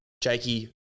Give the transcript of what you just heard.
Jakey